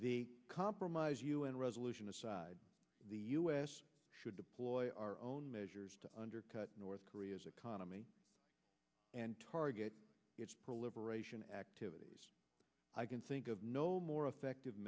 never compromise u n resolution aside the u s should deploy our own measures to undercut north korea's economy and target its proliferation activities i can think of no more effective